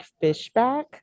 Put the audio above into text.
Fishback